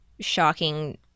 shocking